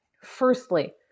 Firstly